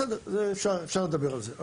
בסדר, אפשר לדבר על זה.